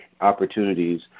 opportunities